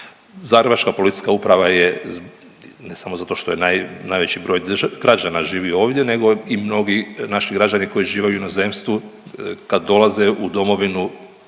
Zagrebačka policijska uprava je, ne samo zato što je najveći broj građana živi ovdje, nego i mnogi naši građani koji žive u inozemstvu kad dolaze u domovinu,